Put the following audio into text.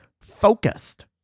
focused